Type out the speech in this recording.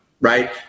right